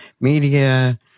media